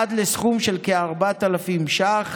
עד לסכום של כ-4,000 ש"ח,